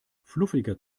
fluffiger